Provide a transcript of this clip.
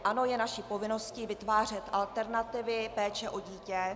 Ano, je naší povinností vytvářet alternativy péče o dítě.